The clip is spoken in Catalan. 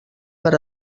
per